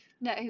no